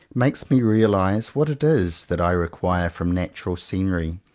makes me realize what it is that i require from natural scenery.